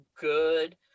good